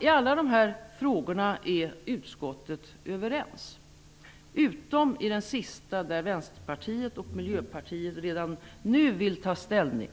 I alla dessa frågor är utskottet överens, utom i den sistnämnda, där Vänsterpartiet och Miljöpartiet redan nu vill ta ställning.